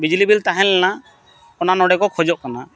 ᱵᱤᱡᱽᱞᱤ ᱵᱤᱞ ᱛᱟᱦᱮᱸ ᱞᱮᱱᱟ ᱚᱱᱟ ᱱᱚᱰᱮ ᱠᱚ ᱠᱷᱚᱡᱚᱜ ᱠᱟᱱᱟ